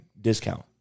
discount